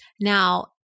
Now